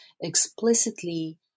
explicitly